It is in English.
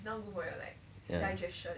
yeah